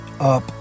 up